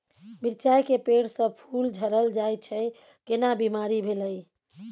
मिर्चाय के पेड़ स फूल झरल जाय छै केना बीमारी भेलई?